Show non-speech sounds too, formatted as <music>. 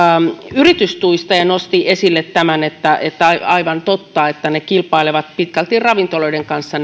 yritystuista ja nosti esille tämän että aivan totta nämä tietyt viihderisteilyalukset kilpailevat pitkälti ravintoloiden kanssa <unintelligible>